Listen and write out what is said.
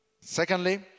Secondly